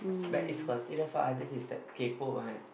but it's considered for others is the kaypoh one